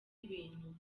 ibintu